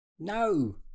No